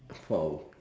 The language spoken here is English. foul